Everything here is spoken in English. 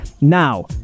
now